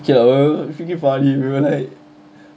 okay lah uh freaking funny bro